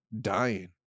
dying